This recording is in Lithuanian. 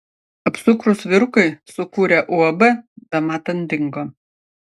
apsukrūs vyrukai sukūrę uab bematant dingo